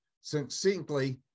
succinctly